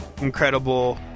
incredible